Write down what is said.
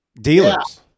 Dealers